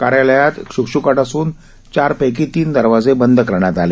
कार्यालयात श्कश्काट असून चार पैकी तीन दरवाजे बंद करण्यात आले